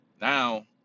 Now